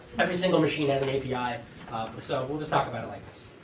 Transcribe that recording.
every single machine has an api, ah so we'll just talk about it like this.